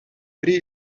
pri